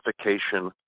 Identification